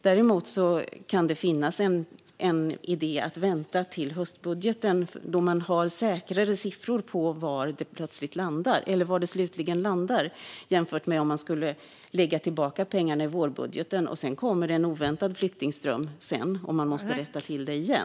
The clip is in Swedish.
Däremot kan det finnas en idé att vänta till höstbudgeten då man har säkrare siffror på var det slutligen landar jämfört med om man skulle lägga tillbaka pengarna i vårbudgeten. Om det sedan kommer en oväntad flyktingström måste man rätta till det igen.